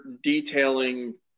detailing